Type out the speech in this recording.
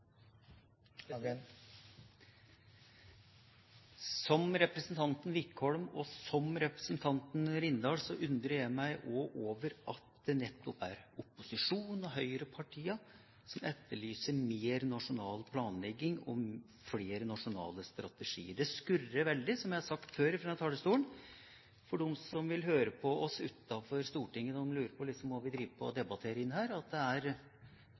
Som representantene Wickholm og Rindal undrer jeg meg også over at det nettopp er opposisjonen og høyrepartiene som etterlyser mer nasjonal planlegging og flere nasjonale strategier. Det skurrer veldig, som jeg har sagt før fra denne talerstolen – for de som vil høre på oss utenfor Stortinget, lurer liksom på hva vi driver på med å debattere inne her – at det er